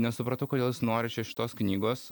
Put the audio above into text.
nesupratau kodėl nori čia šitos knygos